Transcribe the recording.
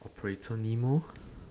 operator nemo